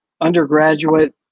undergraduate